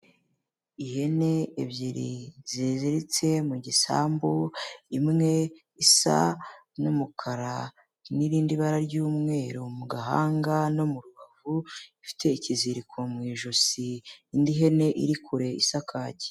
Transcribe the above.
Ihene ebyiri ziziritse mu gisambu, imwe isa n'umukara n'irindi bara ry'umweru mu gahanga no mu rubavu, ifite ikiziriko mu ijosi, indi ihene iri kure isa kake.